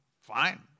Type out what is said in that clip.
fine